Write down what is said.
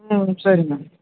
ம் சரிங்க